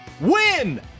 WIN